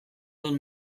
duen